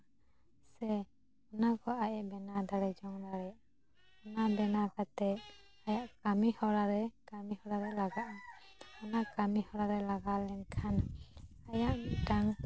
ᱥᱮ ᱚᱱᱟ ᱠᱚ ᱟᱡ ᱮᱭ ᱵᱮᱱᱟᱣ ᱫᱟᱲᱮ ᱡᱚᱝ ᱫᱟᱲᱭᱟᱜᱼᱟ ᱚᱱᱟ ᱵᱮᱱᱟᱣ ᱠᱟᱛᱮᱫ ᱟᱭᱟᱜ ᱠᱟᱹᱢᱤᱦᱚᱨᱟᱨᱮ ᱠᱟᱹᱢᱤ ᱦᱚᱨᱟᱨᱮ ᱞᱟᱜᱟᱜᱼᱟ ᱚᱱᱟ ᱠᱟᱹᱢᱤᱦᱚᱨᱟ ᱨᱮ ᱞᱟᱜᱟᱣ ᱞᱮᱱᱠᱷᱟᱱ ᱟᱭᱟᱜ ᱢᱤᱫᱴᱟᱝ